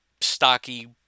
stocky